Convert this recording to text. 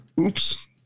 Oops